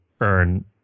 earn